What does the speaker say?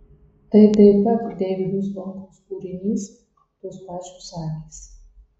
tai taip pat deivydo zvonkaus kūrinys tos pačios akys